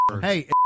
Hey